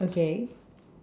okay